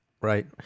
Right